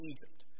Egypt